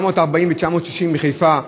940 ו-960 מחיפה,